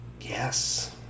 yes